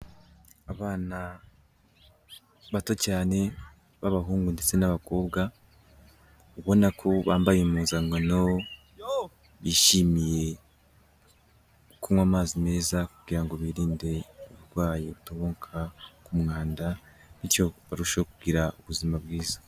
Abana bato cyane b'abahungu ndetse n'abakobwa, ubona ko bambaye impuzankano, bishimiye kunywa amazi meza kugira ngo birinde uburwayi bukomoka ku mwanda bityo barushaho kugira ubuzima bwiza.